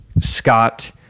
Scott